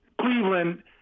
Cleveland